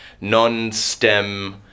non-STEM